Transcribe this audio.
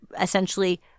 essentially